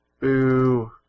Boo